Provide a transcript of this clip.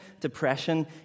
depression